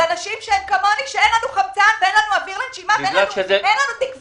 לנשים כמוני שאין לנו חמצן לנשימה ואין לנו תקווה.